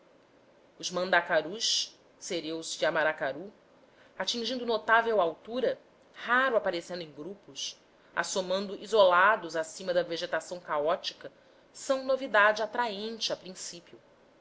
cereus jaramacaru atingindo notável altura raro aparecendo em grupos assomando isolados acima da vegetação caótica são novidade atraente a princípio